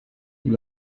pour